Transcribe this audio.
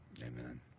Amen